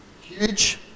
huge